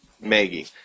Maggie